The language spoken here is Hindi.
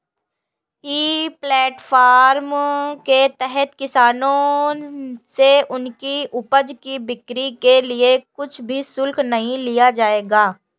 ई प्लेटफॉर्म के तहत किसानों से उनकी उपज की बिक्री के लिए कुछ भी शुल्क नहीं लिया जाएगा